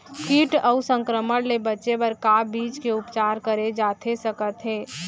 किट अऊ संक्रमण ले बचे बर का बीज के उपचार करे जाथे सकत हे?